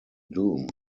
doom